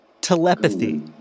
telepathy